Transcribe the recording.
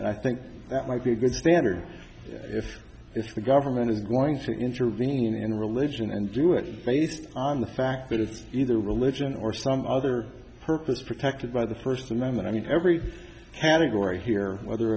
and i think that might be a good standard if if the government is going to intervening in religion and do it based on the fact that it's either religion or some other purpose protected by the first amendment i mean every category here whether